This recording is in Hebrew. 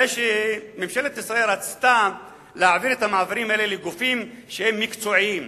הרי ממשלת ישראל רצתה להעביר את המעברים האלה לגופים שהם מקצועיים,